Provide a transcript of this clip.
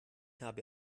habe